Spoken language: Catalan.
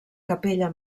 capella